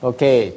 Okay